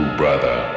brother